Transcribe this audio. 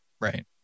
right